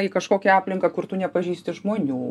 į kažkokią aplinką kur tu nepažįsti žmonių